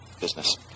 business